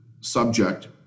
subject